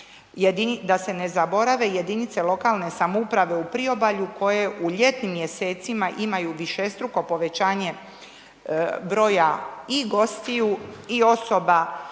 da se ne zaborave jedinice lokalne samouprave u priobalju koje u ljetnim mjesecima imaju višestruko povećanje broja i gostiju i osoba